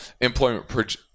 employment